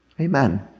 Amen